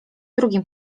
drugim